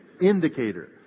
indicator